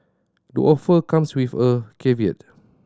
the offer comes with a caveat